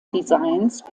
designs